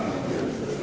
Hvala